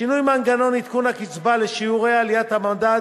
שינוי מנגנון עדכון הקצבה לשיעורי עליית המדד